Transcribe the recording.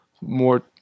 more